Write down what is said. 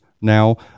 now